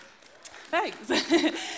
Thanks